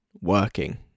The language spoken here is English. working